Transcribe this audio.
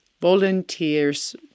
volunteers